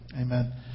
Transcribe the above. amen